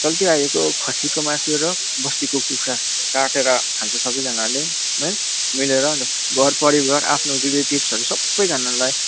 चल्दै आएको खसीको मासु र बस्तीको कुखुरा काटेर खान्छ सबैजनाले है मिलेर अन्त घर परिवार आफ्नो रिलेटिभ्सहरू सबैजनालाई